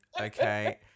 okay